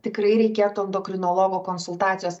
tikrai reikėtų endokrinologo konsultacijos